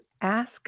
ask